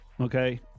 Okay